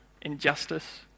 injustice